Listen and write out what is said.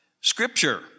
Scripture